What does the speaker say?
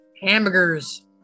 Hamburgers